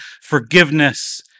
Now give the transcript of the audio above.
forgiveness